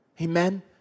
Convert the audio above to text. Amen